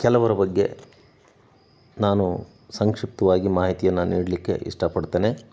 ಕೆಲವರ ಬಗ್ಗೆ ನಾನು ಸಂಕ್ಷಿಪ್ತವಾಗಿ ಮಾಹಿತಿಯನ್ನು ನೀಡಲಿಕ್ಕೆ ಇಷ್ಟಪಡ್ತೇನೆ